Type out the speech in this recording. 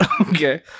Okay